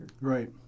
Right